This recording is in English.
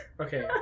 Okay